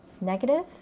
negative